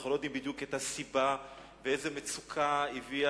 אנחנו לא יודעים בדיוק מה הסיבה ואיזו מצוקה הביאה